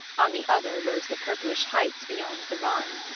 on the other rose the purplish heights beyond the rhine.